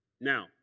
Now